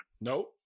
Nope